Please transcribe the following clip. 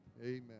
Amen